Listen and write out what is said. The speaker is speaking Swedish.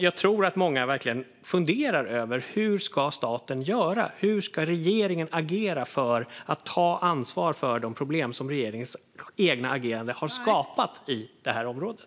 Jag tror att många verkligen funderar över hur staten ska göra och hur regeringen ska agera för att ta ansvar för de problem som regeringens eget agerande har skapat på det här området.